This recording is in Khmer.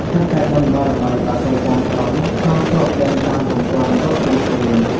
ហេតុតែបុណ្យបារមីបក្សីចាំក្រុង កងទ័ពដេញតាមពុំទាន់ រកពុំឃើញ។